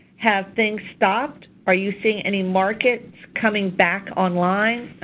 have things stopped, are you seeing any markets coming back online?